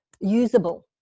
usable